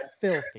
filthy